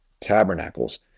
tabernacles